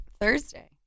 Thursday